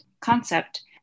concept